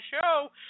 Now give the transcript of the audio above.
show